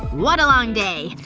what a long day.